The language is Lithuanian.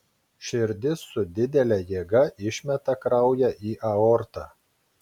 širdis su didele jėga išmeta kraują į aortą